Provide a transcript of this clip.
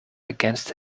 against